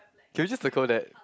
can we just circle that